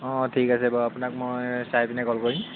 অঁ ঠিক আছে বাৰু আপোনাক মই চাই পিনে কল কৰিম